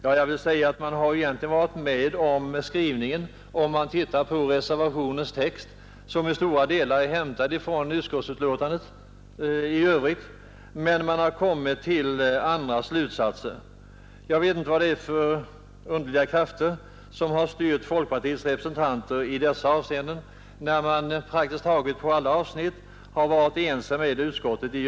Om man studerar reservationens text, finner man att folkpartiet egentligen har varit med om skrivningen. Denna är till stora delar hämtad från vad utskottsmajoriteten skrivit, men man har kommit till andra slutsatser. Jag vet inte vad det är för underliga krafter som styrt folkpartiets representanter i dessa avseenden, när man praktiskt taget på alla andra avsnitt varit ense med utskottet.